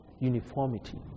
uniformity